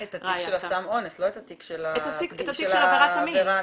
את התיק של סם האונס, לא את התיק של עבירת המין.